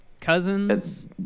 cousins